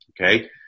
Okay